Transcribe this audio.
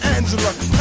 Angela